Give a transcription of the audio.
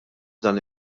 dan